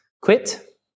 quit